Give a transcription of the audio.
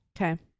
okay